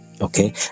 okay